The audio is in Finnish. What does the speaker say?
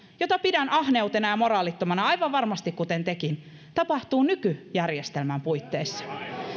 jota minä pidän ahneutena ja moraalittomana aivan varmasti kuten tekin tapahtuu nykyjärjestelmän puitteissa